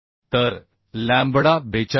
तर लॅम्बडा 42